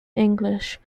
english